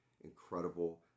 incredible